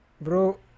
Bro